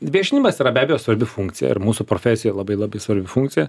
viešinimas yra be abejo svarbi funkcija ir mūsų profesijoj labai labai svarbi funkcija